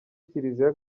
kiriziya